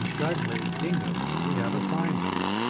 suddenly bingo! we have a sine wave.